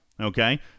okay